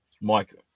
Mike